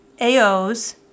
aos